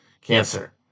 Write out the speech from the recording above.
cancer